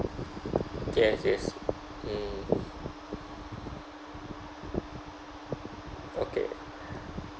yes yes mm okay